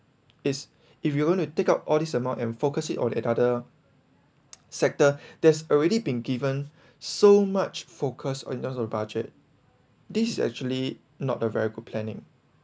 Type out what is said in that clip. is if you want to take up all this amount and focus it on another sector there's already been given so much focus in terms of budget this actually not a very good planning